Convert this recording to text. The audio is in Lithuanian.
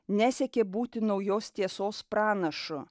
nesiekė būti naujos tiesos pranašu